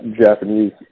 Japanese